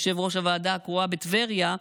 יושב-ראש הוועדה הקרואה בטבריה,